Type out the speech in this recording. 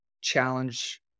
challenge